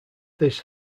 this